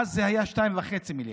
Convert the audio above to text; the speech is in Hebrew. אז זה היה 2.5 מיליארד.